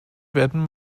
werden